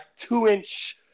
two-inch